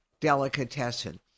delicatessen